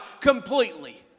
completely